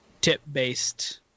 tip-based